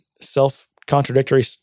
self-contradictory